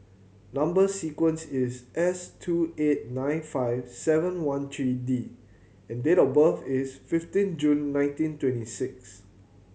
number sequence is S two eight nine five seven one three D and date of birth is fifteen June nineteen twenty six